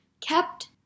kept